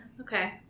okay